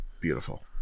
Beautiful